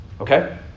Okay